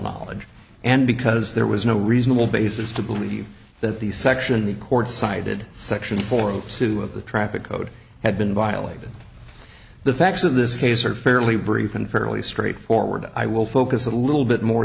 knowledge and because there was no reasonable basis to believe that the section the court cited section four o two of the traffic code had been violated the facts of this case are fairly brief and fairly straightforward i will focus a little bit more